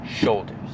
shoulders